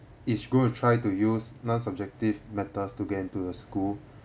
is going try to use non subjective matters to get into the school